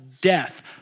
death